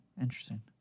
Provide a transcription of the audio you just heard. Interesting